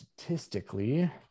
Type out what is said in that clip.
Statistically